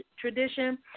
tradition